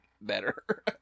better